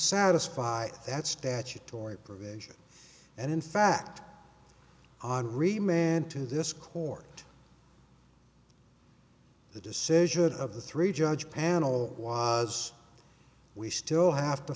satisfy that statutory provision and in fact on re man to this court the decision of the three judge panel was we still have to